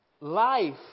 Life